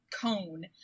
cone